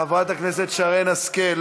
חברת הכנסת שרן השכל,